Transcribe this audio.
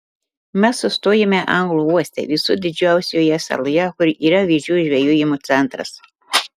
mes sustojome anglų uoste visų didžiausioje saloje kur yra vėžių žvejojimo centras